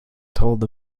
told